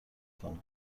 کنه